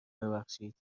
ببخشید